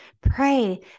Pray